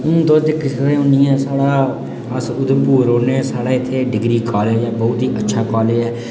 हून तुस दिक्खी सकने हून जि'यां साढ़ा अस उधमुपर रौह्न्ने साढ़े इत्थै डिग्री कालेज ऐ बहुत ई अच्छा कालेज ऐ